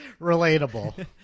Relatable